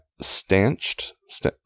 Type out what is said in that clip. stanched